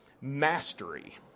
mastery